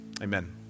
Amen